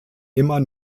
immer